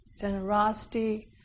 generosity